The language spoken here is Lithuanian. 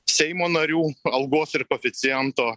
seimo narių algos ir koeficiento